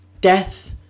death